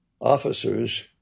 officers